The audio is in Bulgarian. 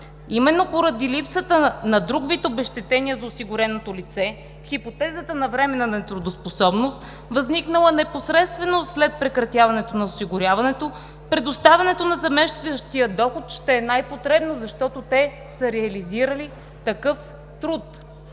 Именно поради липсата на друг вид обезщетение за осигуреното лице, хипотезата на временна нетрудоспособност, възникнала непосредствено след прекратяването на осигуряването, предоставянето на заместващия доход ще е най-потребно, защото те са реализирали такъв труд.